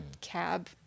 cab